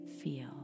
feel